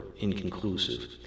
inconclusive